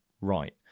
right